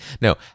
No